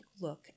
look